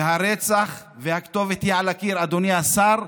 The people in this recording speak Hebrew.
והרצח והכתובת היא על הקיר, אדוני השר,